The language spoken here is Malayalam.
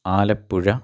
ആലപ്പുഴ